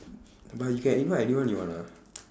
but you can invite anyone you want ah